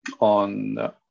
on